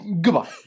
Goodbye